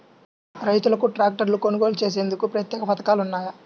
రైతులకు ట్రాక్టర్లు కొనుగోలు చేసేందుకు ప్రత్యేక పథకాలు ఉన్నాయా?